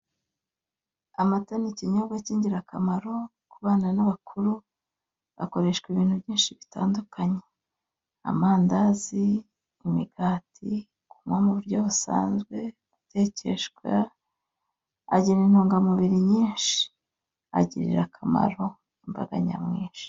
Amata ni ikinyobwa k'ingirakamaro ku bana n'abakuru akoreshwa ibintu byinshi bitandukanye amandazi, imigati, kunywa mu buryo busanzwe, gutekeshwa agira intungamubiri nyinshi agirira akamaro imbaga nyamwinshi.